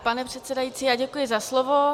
Pane předsedající, děkuji za slovo.